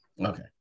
Okay